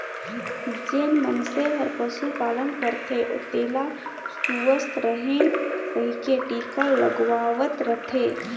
जेन मइनसे हर पसु पालन करथे तेला सुवस्थ रहें कहिके टिका लगवावत रथे